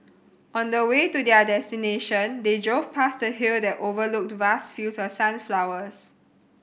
on the way to their destination they drove past a hill that overlooked vast fields of sunflowers